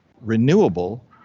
renewable